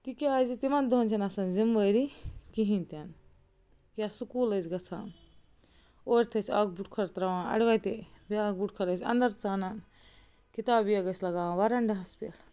تِکیٛازِ تِمن دۄہن چھَنہٕ آسان ذِموٲری کِہیٖنۍ تہِ نہٕ یا سُکوٗل ٲسۍ گَژھان اورٕ یِتھ ٲسۍ اَکھ بوٗٹہٕ کھۄر ترٛاوان اَڑٕوَتے بیٛاکھ بوٗٹہٕ کھۄر ٲسۍ انٛدر ژانان کِتاب بیگ ٲسۍ لَگاوان وَرنڈاہس پٮ۪ٹھ